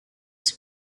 this